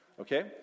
Okay